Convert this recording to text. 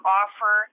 offer